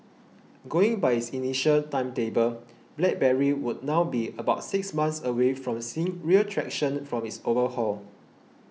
going by his initial timetable BlackBerry would now be about six months away from seeing real traction from its overhaul